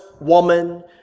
woman